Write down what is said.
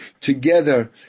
together